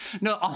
No